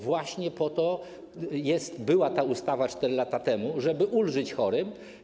Właśnie po to była ta ustawa 4 lata temu, żeby ulżyć chorym.